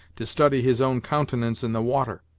to study his own countenance in the water.